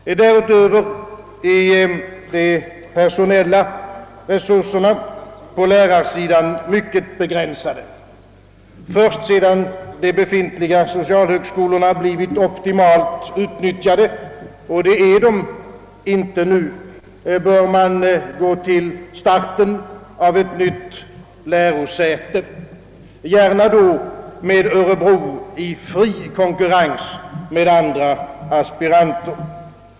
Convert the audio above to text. Dessutom är personalresurserna på lärarsidan mycket begränsade. Först sedan de befintliga socialhögskolorna blivit optimalt utnyttjade — och det är de inte nu — bör man gå till starten av ett nytt lärosäte, gärna då med Örebro i fri konkurrens med andra aspiranter.